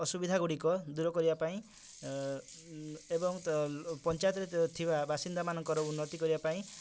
ଅସୁବିଧା ଗୁଡ଼ିକ ଦୂର କରିଆ ପାଇଁ ଏବଂ ତ ପଞ୍ଚାୟତରେ ଥିବା ବାସିନ୍ଦାମାନଙ୍କର ଉନ୍ନତି କରିବା ପାଇଁ